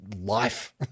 life